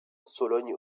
sologne